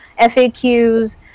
FAQs